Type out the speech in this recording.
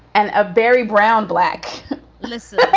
and a very brown black lizard.